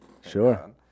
Sure